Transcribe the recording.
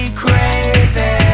crazy